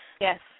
Yes